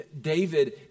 David